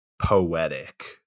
poetic